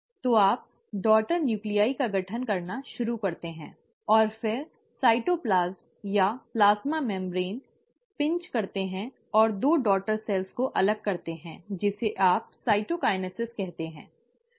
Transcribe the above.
तो आप daughter nuclei का गठन करना शुरू करते हैं और फिर साइटोप्लाज्म या प्लाज्मा झिल्ली पिन्च करते हैं और दो बेटी कोशिकाओं को अलग करते हैं जिसे आप साइटोकिन्सिस कहते हैं